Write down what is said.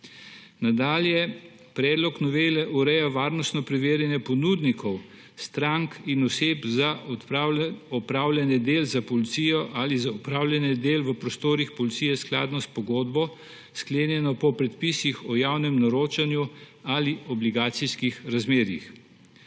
Nadalje predlog novele ureja varnostno preverjanje ponudnikov, strank in oseb za opravljanje del za policijo ali za opravljanje del v prostorih policije skladno s pogodbo, sklenjeno po predpisih o javnem naročanju ali obligacijskih razmerjih.